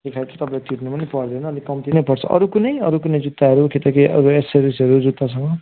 त्यो फ्याट तपाईँले थिच्नु पनि पर्दैन अलिक कम्ती नै पर्छ अरू कुनै अरू कुनै जुत्ताहरू कि त केही अब एक्ससरिजहरू जुत्तासँग